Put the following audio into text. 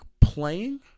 playing